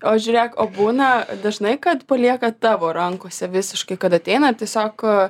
o žiūrėk o būna dažnai kad palieka tavo rankose visiškai kad ateina tiesiog